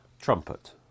trumpet